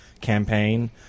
campaign